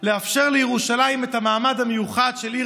לאפשר לירושלים את המעמד המיוחד של עיר